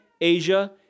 Asia